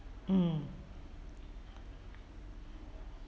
mm